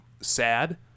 sad